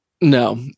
No